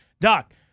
Doc